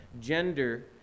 Gender